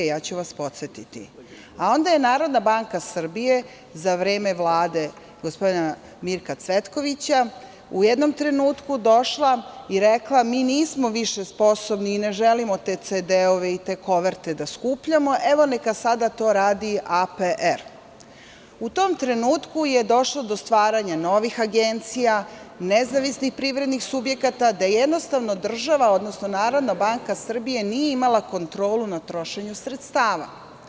Onda je Narodna banka Srbije za vreme Vlade gospodina Mirka Cvetkovića u jednom trenutku došla i rekla – nismo više sposobni i ne želimo te CD-ve i te koverte da skupljamo, evo neka sada to radi APR. U tom trenutku je došlo do stvaranja novih agencija, nezavisnih privrednih subjekata, gde jednostavno država, odnosno Narodna banka Srbije nije imala kontrolu nad trošenjem sredstava.